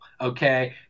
okay